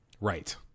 Right